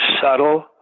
subtle